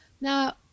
Now